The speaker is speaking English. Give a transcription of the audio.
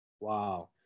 Wow